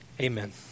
amen